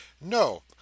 No